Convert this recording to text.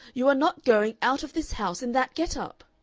you are not going out of this house in that get-up!